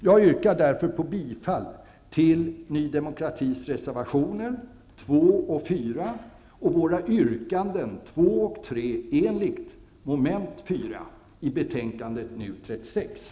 Jag yrkar därför bifall till reservationerna 2 och 4 från oss i Ny demokrati samt till våra motionsyrkanden 2 och 3 under mom.